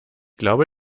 glaube